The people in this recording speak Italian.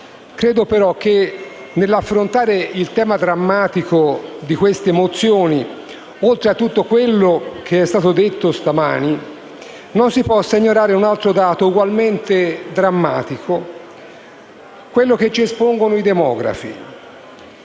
Credo, però, che nell'affrontare il tema drammatico contenuto nelle mozioni al nostro esame, oltre a tutto quello che è stato detto stamani, non si possa ignorare un altro dato ugualmente drammatico: quello che ci espongono i demografi.